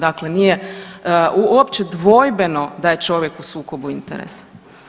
Dakle, nije uopće dvojbeno da je čovjek u sukobu interesa.